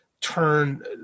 turn